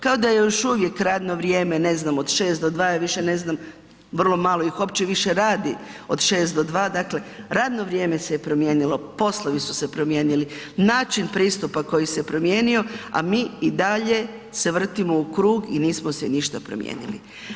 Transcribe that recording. Kao da je još uvijek radno vrijeme, ne znam, od 6 do 2, ja više ne znam, vrlo malo ih uopće više radi od 6 do 2, dakle, radno vrijeme se je promijenilo, poslovi su se promijenili, način pristupa koji se promijenio, a mi i dalje se vrtimo u krug i nismo se ništa promijenili.